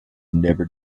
never